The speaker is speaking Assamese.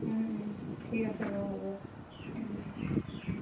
ঠিক আছে বাৰু হ'ব